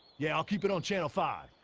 yeah, i'll keep it on channel five